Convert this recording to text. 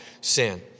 sin